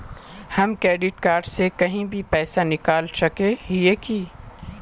हम credit card से कहीं भी पैसा निकल सके हिये की?